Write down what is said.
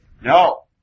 No